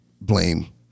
blame